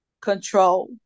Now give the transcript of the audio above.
control